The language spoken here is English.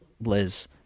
Liz